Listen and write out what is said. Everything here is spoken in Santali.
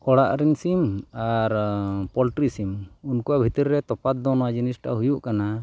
ᱚᱲᱟᱜ ᱨᱮᱱ ᱥᱤᱢ ᱟᱨ ᱯᱳᱞᱴᱨᱤ ᱥᱤᱢ ᱩᱱᱠᱩ ᱵᱷᱤᱛᱤᱨ ᱨᱮ ᱛᱚᱯᱷᱟᱛ ᱫᱚ ᱱᱚᱣᱟ ᱡᱤᱱᱤᱥᱴᱟ ᱦᱩᱭᱩᱜ ᱠᱟᱱᱟ